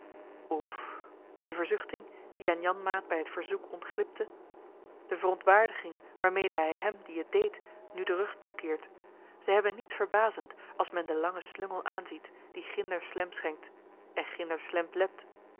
de verzuchting die aan janmaat bij het verzoek ontglipte de verontwaardiging waarmede hij hem die het deed nu den rug toekeert zij hebben niets verbazends als men den langen slungel aanziet die ginder slemp schenkt en ginder slemp lept